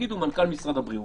שיגידו מנכ"ל משרד הבריאות,